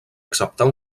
acceptar